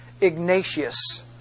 Ignatius